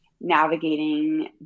navigating